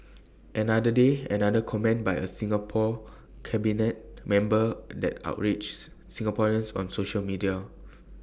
another day another comment by A Singapore cabinet member that outrages Singaporeans on social media